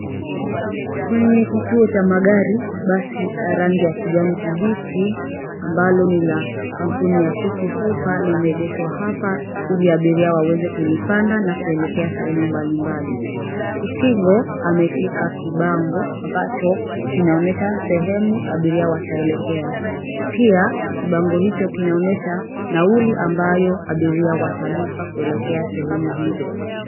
Kwenye kituo cha magari basi la rangi ya kijani kibichi ambalo ni la kampuni ya City Hopa limeegeshwa hapa ili abiria waweze kulipanda na kuelekea sehemu mbalimbali. Utigo ameshika kibango ambacho kinaonyesha sehemu abiria wataelekea, pia kibango hicho kinaonyesha nauli ambayo abiria watalipa kuelekea sehemu hizo.